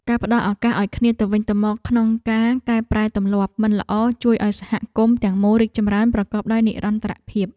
ការផ្តល់ឱកាសឱ្យគ្នាទៅវិញទៅមកក្នុងការកែប្រែទម្លាប់មិនល្អជួយឱ្យសហគមន៍ទាំងមូលរីកចម្រើនប្រកបដោយនិរន្តរភាព។